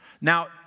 Now